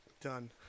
done